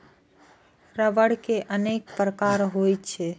रबड़ के अनेक प्रकार होइ छै